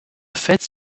fête